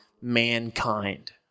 mankind